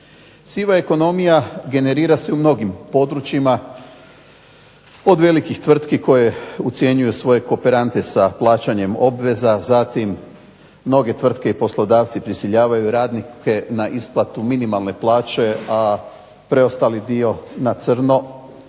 Siva ekonomija generira se u mnogim područjima, od velikih tvrtki koje ucjenjuju svoje kooperante sa plaćanjem obveza, zatim mnoge tvrtke i poslodavci prisiljavaju radnike na isplatu minimalne plaće, a preostali dio rada na